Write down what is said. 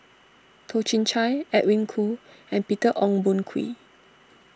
Toh Chin Chye Edwin Koo and Peter Ong Boon Kwee